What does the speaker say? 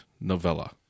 novella